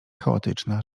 chaotyczna